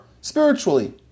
spiritually